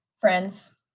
Friends